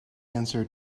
answer